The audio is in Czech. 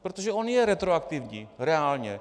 Protože on je retroaktivní reálně.